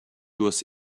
was